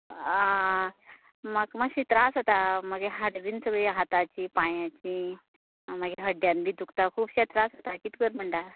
आं म्हाका मातशें त्रास जाता मागे हाडां बीन सगळीं हाताचीं पांयाचीं मागीर हड्ड्यान बीन खुबशें त्रास जाता कित कर म्हणटा